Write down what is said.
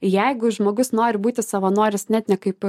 jeigu žmogus nori būti savanoris net ne kaip